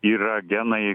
yra genai